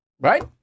Right